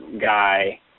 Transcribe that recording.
guy